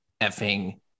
effing